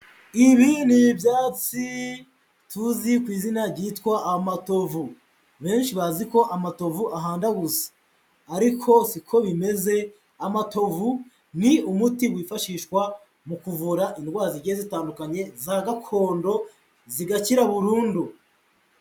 Ibi ni ibyatsi tuzi ku izina ryitwa amatovu, benshi bazi ko amatovu ahanda gusa, ariko siko bimeze amatovu ni umuti wifashishwa mu kuvura indwara zigiye zitandukanye za gakondo, zigakira burundu.